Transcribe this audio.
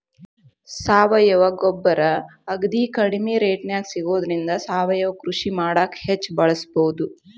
ಸಾವಯವ ಗೊಬ್ಬರ ಅಗದಿ ಕಡಿಮೆ ರೇಟ್ನ್ಯಾಗ ಸಿಗೋದ್ರಿಂದ ಸಾವಯವ ಕೃಷಿ ಮಾಡಾಕ ಹೆಚ್ಚ್ ಬಳಸಬಹುದು